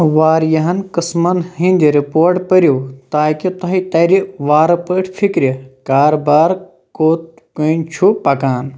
وارِیاہن قٕسمن ہٕنٛدۍ رپوٹ پٔرِو تاكہِ تۄہہِ ترِ وارٕ پٲٹھۍ فِكرِ كاربار كو٘ت كٔن چھُ پكان